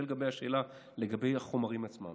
זה לגבי השאלה לגבי החומרים עצמם.